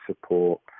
support